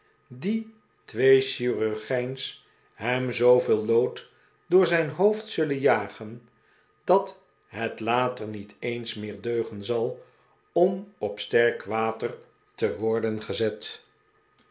die twee chirurgijns hem zooveel lood door zijn hoofd zullen jagen dat het later niet eens meer deugen zal om op sterk water te worden gezet